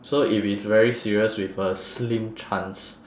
so if it's very serious with a slim chance